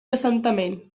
assentament